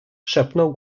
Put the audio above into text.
szepnął